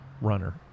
runner